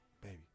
Baby